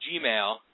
gmail